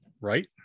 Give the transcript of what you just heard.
Right